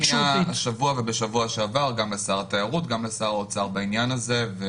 פנינו השבוע ובשבוע שעבר גם לשר התיירות וגם לשר האוצר בעניין הזה.